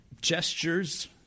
gestures